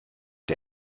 der